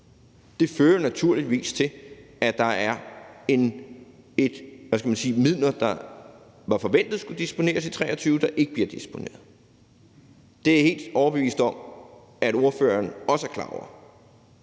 Det fører naturligvis til, at der er midler, der var forventet at skulle disponeres i 2023, der ikke bliver disponeret. Det er jeg helt overbevist om at ordføreren også er klar over.